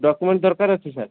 document ଦରକାର ଅଛି sir